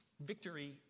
Victory